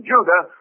Judah